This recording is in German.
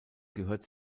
gehört